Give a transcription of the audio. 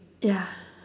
ya